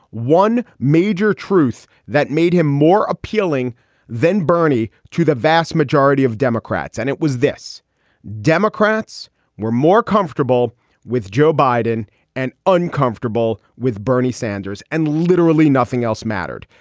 one major truth that made him more appealing than bernie to the vast majority of democrats. and it was this democrats were more comfortable with joe biden and uncomfortable with bernie sanders, and literally nothing else mattered.